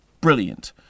brilliant